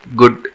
good